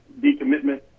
decommitment